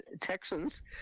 Texans